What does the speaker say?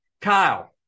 Kyle